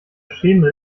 schemel